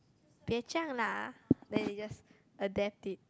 不要讲啦 then they just adapt it